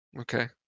Okay